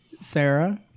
Sarah